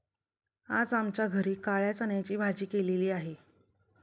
आज आमच्या घरी काळ्या चण्याची भाजी केलेली आहे